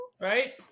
Right